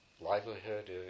livelihood